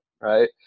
Right